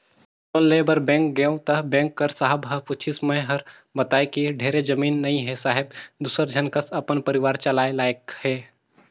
loan लेय बर bank गेंव त बेंक कर साहब ह पूछिस मै हर बतायें कि ढेरे जमीन नइ हे साहेब दूसर झन कस अपन परिवार चलाय लाइक हे